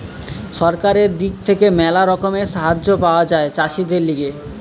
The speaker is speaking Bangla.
সরকারের দিক থেকে ম্যালা রকমের সাহায্য পাওয়া যায় চাষীদের লিগে